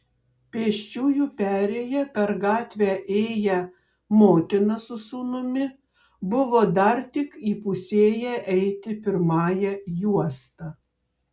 pėsčiųjų perėja per gatvę ėję motina su sūnumi buvo dar tik įpusėję eiti pirmąja juosta